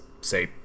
say